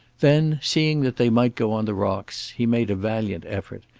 then, seeing that they might go on the rocks, he made a valiant effort,